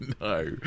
No